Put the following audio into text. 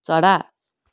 चरा